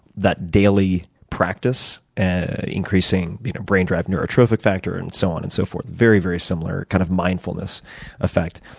that daily practice and increasing you know brain drive neurotrophic factor, and so on and so forth. very, very similar kind of mindfulness effect.